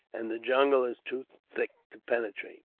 and the jungle is too thick to penetrate.